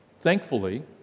Thankfully